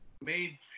made